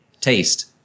taste